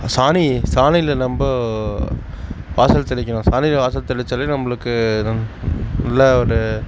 சாணி சாணியில் நம்ம வாசல் தெளிக்கணும் சாணியில் வாசல் தெளித்தாலே நம்மளுக்கு நம் ஃபுல்லாக ஒரு